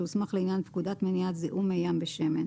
שהוסמך לעניין פקודת מניעת זיהום מי-ים בשמן,